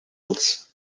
aunts